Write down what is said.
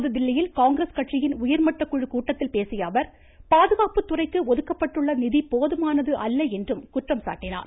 புதுதில்லியில் காங்கிரஸ் கட்சியின் உயர்மட்டக் குழு கூட்டத்தில் பேசிய அவர் பாதுகாப்பு துறைக்கு ஒதுக்கப்பட்டுள்ள நிதி போதுமானது அல்ல என்றும் குறை கூறினார்